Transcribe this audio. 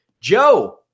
Joe